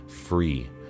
free